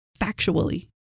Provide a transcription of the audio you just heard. factually